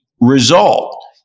result